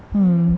mm